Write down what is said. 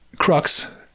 Crux